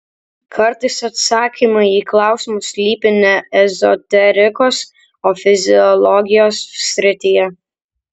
kartais atsakymai į klausimus slypi ne ezoterikos o fiziologijos srityje